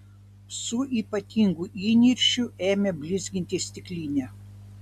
su ypatingu įniršiu ėmė blizginti stiklinę